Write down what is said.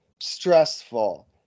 Stressful